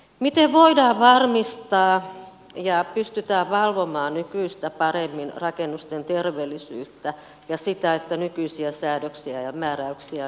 miten voidaan varmistaa ja pystytään valvomaan nykyistä paremmin rakennusten terveellisyyttä ja sitä että nykyisiä säädöksiä ja määräyksiä noudatetaan